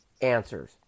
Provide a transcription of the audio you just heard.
answers